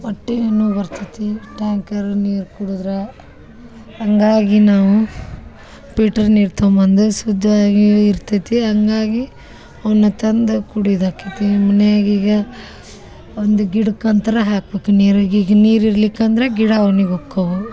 ಹೊಟ್ಟೆ ನೋವು ಬರ್ತೈತಿ ಟ್ಯಾಂಕರ್ ನೀರು ಕುಡ್ದ್ರೆ ಹಂಗಾಗಿ ನಾವು ಪಿಟ್ರ್ ನೀರು ತಗೊಂಬಂದು ಶುದ್ದವಾಗಿ ಇರ್ತೈತಿ ಹಂಗಾಗಿ ಅವನ್ನ ತಂದು ಕುಡಿದಾಕೈತಿ ಮನಿಯಾಗ ಈಗ ಒಂದು ಗಿಡಕ್ಕೆ ಅಂತಾರೂ ಹಾಕ್ಬೇಕು ನೀರು ಈಗ ಈಗ ನೀರು ಇರ್ಲಿಲ್ ಅಂದ್ರೆ ಗಿಡ ಒಣಿಗಿ ಹೋಕವು